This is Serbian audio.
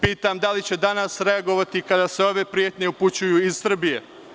Pitam, da li će danas reagovati kada se ove pretnje upućuju iz Srbije?